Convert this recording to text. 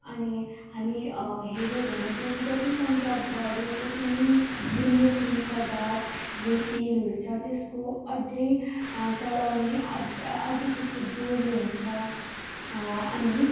अनि हामी हेर्यौँ भने किनकि जति सङ्ख्या बढ्यो त्यति नै जुन यो खनिज पदार्थ यो तेलहरू छ त्यसको अझ चलाउन अझ त्यसको जोडले हुन्छ अनि